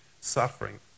suffering